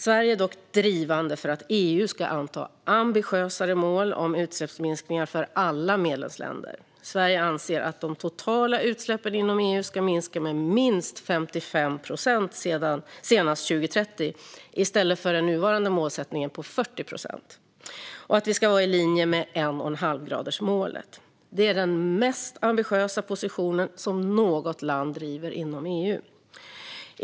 Sverige är dock drivande för att EU ska anta ambitiösare mål om utsläppsminskningar för alla medlemsländer. Sverige anser att de totala utsläppen inom EU ska minska med minst 55 procent senast 2030, i stället för nuvarande målsättning på 40 procent, och vara i linje med en-och-en-halv-gradsmålet. Det är den mest ambitiösa position som något land driver inom EU.